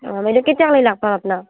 অঁ বাইদেউ কেতিয়ালৈ লগ পাম আপোনাক